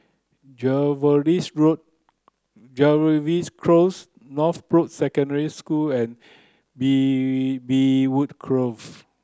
Jervois Road Jervois Close Northbrooks Secondary School and Bee Beechwood Grove